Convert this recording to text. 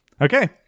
Okay